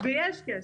ויש כסף,